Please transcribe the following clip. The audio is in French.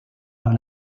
par